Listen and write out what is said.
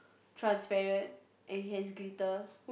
transparent and it has glitter